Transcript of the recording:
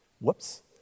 Whoops